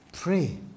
Pray